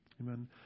Amen